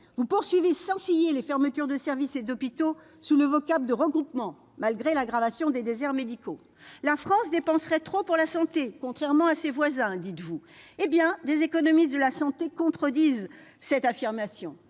Vous poursuivez sans ciller les fermetures de services, et d'hôpitaux, sous le vocable de « regroupement », malgré l'aggravation des déserts médicaux. La France dépenserait trop pour la santé, contrairement à ses voisins, dites-vous ! Des économistes de la santé contredisent cette affirmation.